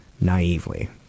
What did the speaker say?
naively